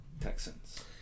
Texans